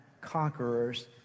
conquerors